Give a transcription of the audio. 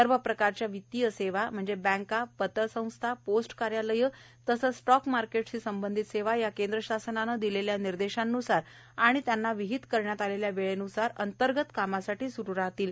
सर्व प्रकारच्या वित्तीय सेवा उदाहरणार्थ बँका पतसंस्था पोस्ट कार्यालये तसेच स्टॉक मार्केटशी संबंधित सेवा या केंद्र शासनाने दिलेल्या निर्देशान्सार व त्यांना विहित करण्यात आलेल्या वेळेन्सार त्यांच्या अंतर्गत कामासाठी सुरू राहतील